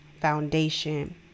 foundation